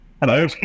hello